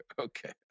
Okay